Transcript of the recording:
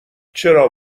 چرا